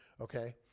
Okay